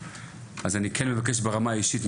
אז אני כן מבקש ברמה האישית,